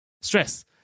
stress